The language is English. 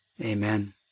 Amen